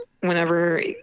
whenever